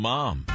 Mom